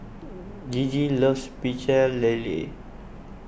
Gigi loves Pecel Lele